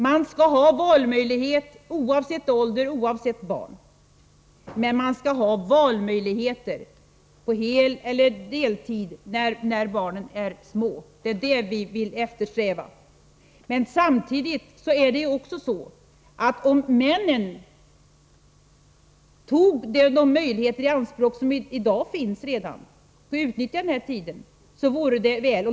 Man skall ha valmöjlighet oavsett ålder och oavsett om man har barn, men man skall ha valmöjlighet till heleller deltidsarbete när barnen är små. Det är det vi vill eftersträva. Om männen tog i anspråk de möjligheter som redan finns och utnyttjade den här tiden, vore det väl.